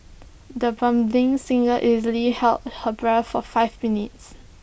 the budding singer easily held her breath for five minutes